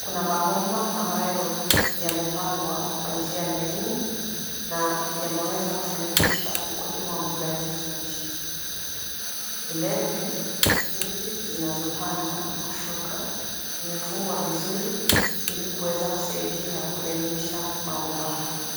Kuna mabomba ambayo yamepangwa kwa njia laini na yameweza kufanikisha ukulima wa mboga hizi za mchicha. Vile vile nyuzi zinazopanda na kushuka zimefungwa vizuri ili kuweza kusaidia kulainisha mabomba hayo.